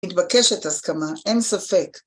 מתבקשת הסכמה, אין ספק.